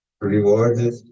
rewarded